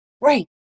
right